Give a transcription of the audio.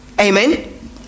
Amen